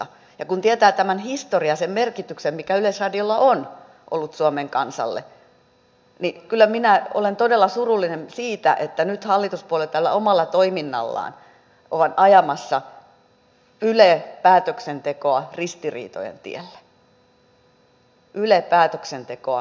ja kun tietää tämän historian sen merkityksen mikä yleisradiolla on ollut suomen kansalle niin kyllä minä olen todella surullinen siitä että nyt hallituspuolueet tällä omalla toiminnallaan ovat ajamassa yle päätöksentekoa ristiriitojen tielle yle päätöksentekoa ristiriitojen tielle